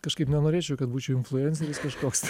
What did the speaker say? kažkaip nenorėčiau kad būčiau influenceris kažkoks tai